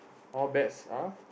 all bets are